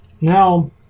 now